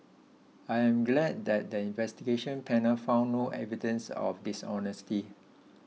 I am glad that the Investigation Panel found no evidence of dishonesty